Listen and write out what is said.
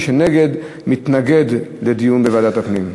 ומי שנגד מתנגד לדיון בוועדת הפנים.